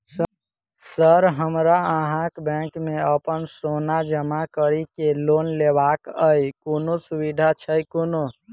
Sir हमरा अहाँक bank मे अप्पन सोना जमा करि केँ लोन लेबाक अई कोनो सुविधा छैय कोनो?